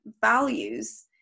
values